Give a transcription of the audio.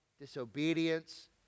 disobedience